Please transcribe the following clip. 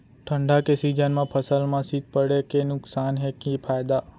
ठंडा के सीजन मा फसल मा शीत पड़े के नुकसान हे कि फायदा?